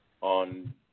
on